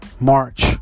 March